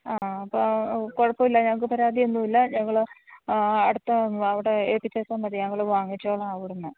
ആ പാ കുഴപ്പമില്ല ഞങ്ങൾക്ക് പരാതിയൊന്നും ഇല്ല ഞങ്ങൾ അടുത്ത അവിടെ എത്തിച്ചാൽ മതി ഞങ്ങളത് വാങ്ങിച്ചോളാം അവിടെ നിന്ന്